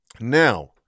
Now